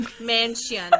Mansion